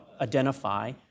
identify